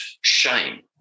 shame